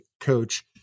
coach